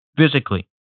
physically